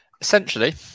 Essentially